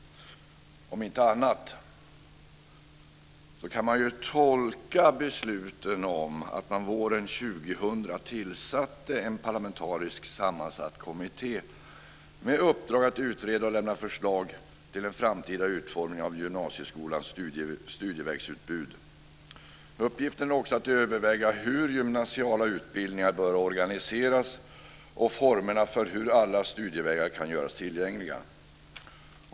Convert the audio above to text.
Så kan man tolka besluten när det våren 2000 tillsattes en parlamentarisk sammansatt kommitté med uppdrag att utreda och lämna förslag till en framtida utformning av gymnasieskolans studievägsutbud. Uppgiften är också att överväga hur gymnasiala utbildningar bör organiseras och formerna för hur alla studievägar kan göras tillgängligare.